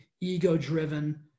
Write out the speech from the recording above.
ego-driven